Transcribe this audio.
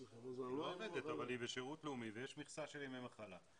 אבל היא בשירות לאומי ויש מכסה של ימי מחלה.